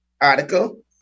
article